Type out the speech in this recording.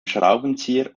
schraubenzieher